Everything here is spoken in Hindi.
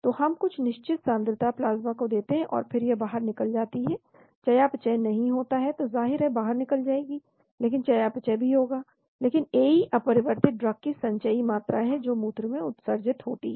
तो हम कुछ निश्चित सांद्रता प्लाज्मा को देते हैं और फिर यह बाहर निकल जाती है चयापचय नहीं होता है तो जाहिर है बाहर निकल जाएगी लेकिन चयापचय भी होगा लेकिन AE अपरिवर्तित ड्रग की संचयी मात्रा है जो मूत्र में उत्सर्जित होती है